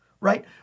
right